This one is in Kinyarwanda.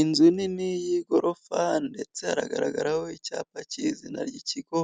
Inzu nini y'igorofa ndetse haragaragaraho icyapa cy'izina ry'ikigo,